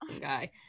guy